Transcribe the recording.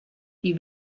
die